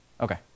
Okay